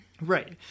Right